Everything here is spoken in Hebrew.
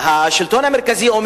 הוא כל הזמן ראש עיר.